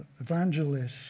evangelists